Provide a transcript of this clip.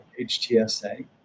HTSA